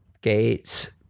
Gates